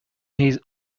his